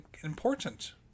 important